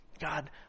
God